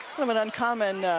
i mean uncommon